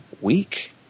week